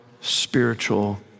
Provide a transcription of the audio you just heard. spiritual